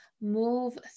move